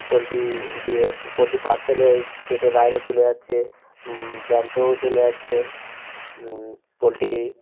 poultry দিয়ে poultry parcel হয়ে কেটে বাইরে চলে যাচ্ছে জ্যান্তও চলে যাচ্ছে পোল্ট্রি